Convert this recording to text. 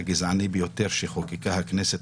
הגזעני ביותר שחוקקה הכנסת,